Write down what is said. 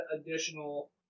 additional